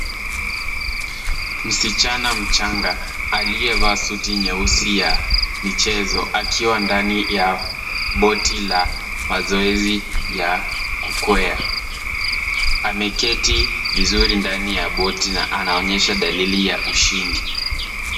Msichana mchanga aliyevaa suti nyeusi ya michezo akiwa ndani ya boti la mazoezi ya kukwea. Ameketi vizuri ndani ya boti na anaonyesha dalili ya ushindi.